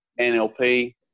NLP